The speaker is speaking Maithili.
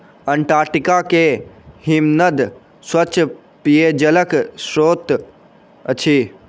अंटार्टिका के हिमनद स्वच्छ पेयजलक स्त्रोत अछि